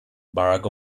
barack